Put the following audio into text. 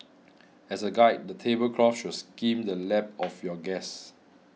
as a guide the table cloth should skim the lap of your guests